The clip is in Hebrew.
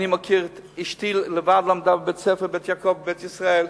אשתי עצמה למדה בבית-ספר "בית יעקב" בבית-ישראל,